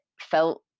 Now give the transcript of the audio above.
felt